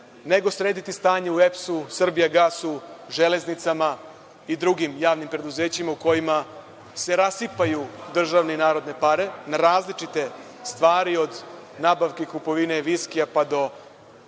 nego srediti stanje u EPS, „Srbijagasu“, „Železnicama“ i drugim javnim preduzećima u kojima se rasipaju državne i narodne pare na različite stvari od nabavke i kupovine viskija, pa do